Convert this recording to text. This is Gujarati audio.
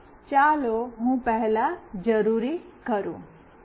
તેથી ચાલો હું પહેલા જરૂરી કરું